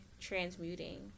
transmuting